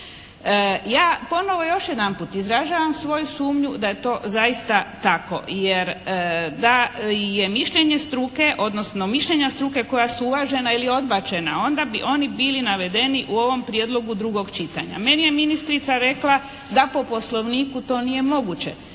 Ja ponovo još jedanput izražavam svoju sumnju da je to zaista tako, jer da je mišljenje struke, odnosno mišljenja struke koja su uvažena ili odbačena onda bi oni bili navedeni u ovom prijedlogu drugog čitanja. Meni je ministrica rekla da po Poslovniku to nije moguće.